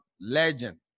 Legend